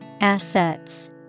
Assets